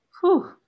whew